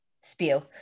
spew